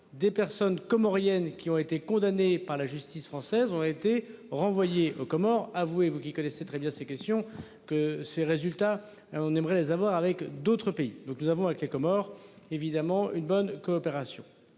des personnes comorienne qui ont été condamnés par la justice française ont été renvoyés aux Comores avouer, vous qui connaissez très bien ces questions que ses résultats. On aimerait les avoir avec d'autres pays, donc nous avons avec les Comores évidemment une bonne coopération,